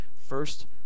first